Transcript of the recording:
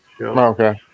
Okay